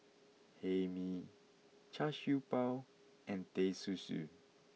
Hae Mee Char Siew Bao and Teh Susu